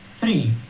Three